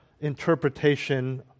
interpretation